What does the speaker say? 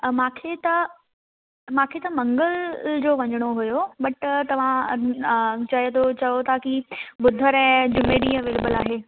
मूंखे त मूंखे त मंगल जो वञणो हुयो बट तव्हां चए थो चओ था की बुधरु ऐं जुमे ॾींहुं अवेलेबल आहे